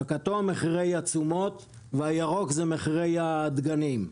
הכתום הוא מחירי התשומות והירוק זה מחירי הדגנים.